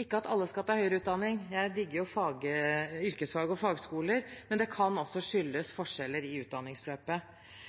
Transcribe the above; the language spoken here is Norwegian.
ikke at alle skal ta høyere utdanning, jeg digger jo yrkesfag og fagskoler, men det kan også skyldes